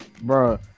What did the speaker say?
Bro